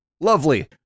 Lovely